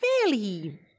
fairly